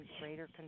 greater